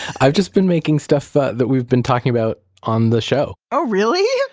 i've just been making stuff ah that we've been talking about on the show oh really?